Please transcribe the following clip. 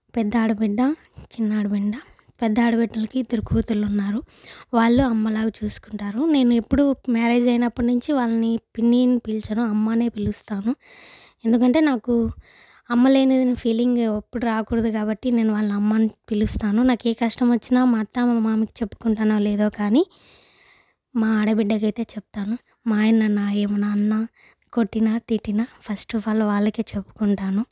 పెద్ద ఆడబిడ్డ చిన్న ఆడబిడ్డ పెద్ద ఆడబిడ్డకి ఇద్దరు కూతుర్లు ఉన్నారు వాళ్ళు అమ్మలాగ చూసుకుంటారు నేను ఎప్పుడూ మ్యారేజ్ అయినప్పటి నుంచి వాళ్లని పిన్ని అని పిలిచాను అమ్మ అనే పిలుస్తాను ఎందుకంటే నాకు అమ్మలేని ఫీలింగ్ ఎప్పుడు రాకూడదు కాబట్టి నేను వాళ్ళని అమ్మ అని పిలుస్తాను నాకు ఏ కష్టం వచ్చినా మా అత్త మా మామ కి చెప్పుకుంటానో లేదో కానీ మా ఆడబిడ్డకైతే చెప్తాను మా ఆయన నన్ను ఏమన్నా అన్నా కొట్టిన తిట్టినా ఫస్ట్ అఫ్ ఆల్ వాళ్ళకే చెప్పుకుంటాను